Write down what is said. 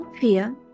fear